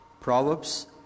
Proverbs